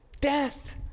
death